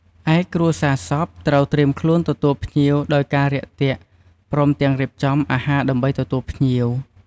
ឯគ្រួសារសពត្រូវត្រៀមខ្លួនទទួលភ្ញៀវដោយការរាក់ទាក់ព្រមទាំងរៀបចំអាហារដើម្បីទទួលភ្ញៀវ។